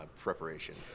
preparation